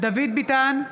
דוד ביטן,